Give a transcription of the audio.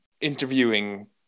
interviewing